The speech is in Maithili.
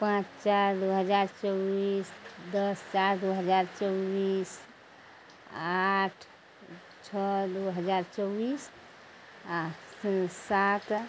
पाँच चारि दू हजार चौबीस दस चारि दू हजार चौबीस आठ छओ दू हजार चौबीस आ फेरु सात